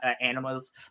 animals